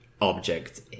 object